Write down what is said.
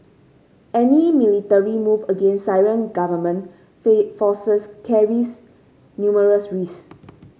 any military move against Syrian government fee forces carries numerous risk